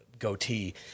goatee